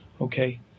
Okay